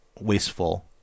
wasteful